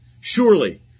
Surely